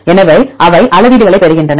எனவே அவை அளவீடுகளைப் பெறுகின்றன